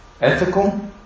ethical